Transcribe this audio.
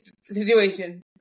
situation